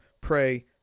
pray